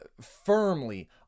firmly